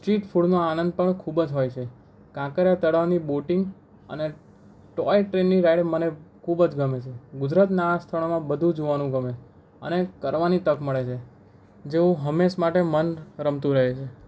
street ફૂડનો આનંદ પણ ખૂબ જ હોય છે કાંકરિયા તળાવની બોટિંગ અને ટોય ટ્રેનની રાઈડો મને ખૂબ જ ગમે છે ગુજરાતનાં આ સ્થળોમાં બધું જોવાનું ગમે અને ફરવાની તક મળે છે જો હંમેશ માટે મન રમતું રહે છે